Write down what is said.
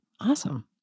Awesome